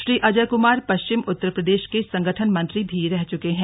श्री अजय कुमार पश्चिमी उत्तर प्रदेश के संगठन मंत्री भी रह चुके हैं